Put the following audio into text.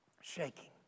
shaking